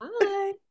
Bye